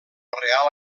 reial